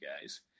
guys